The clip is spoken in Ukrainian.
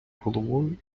головою